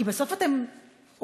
כי בסוף אתם עובדים,